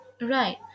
Right